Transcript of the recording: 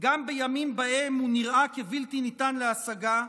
גם בימים שבהם הוא נראה כבלתי ניתן להשגה,